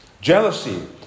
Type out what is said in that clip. Jealousy